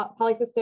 polycystic